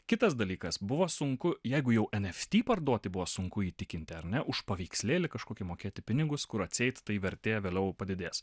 kitas dalykas buvo sunku jeigu jau nft parduoti buvo sunku įtikinti ar ne už paveikslėlį kažkokį mokėti pinigus kur atseit tai vertė vėliau padidės